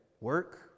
work